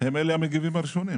הם המגיבים הראשונים.